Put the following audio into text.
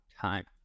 time